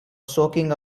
soaking